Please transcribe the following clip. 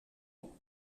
ans